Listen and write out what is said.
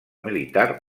militar